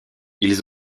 ils